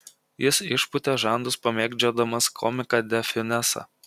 jis išpūtė žandus pamėgdžiodamas komiką de fiunesą